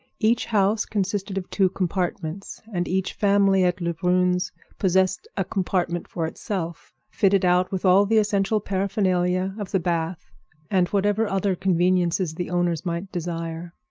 each house consisted of two compartments, and each family at lebrun's possessed a compartment for itself, fitted out with all the essential paraphernalia of the bath and whatever other conveniences the owners might desire.